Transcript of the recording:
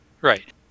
Right